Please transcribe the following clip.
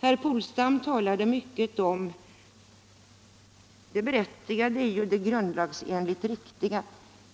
Herr Polstam talade mycket om det berättigade och det grundlagsenligt riktiga